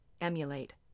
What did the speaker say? emulate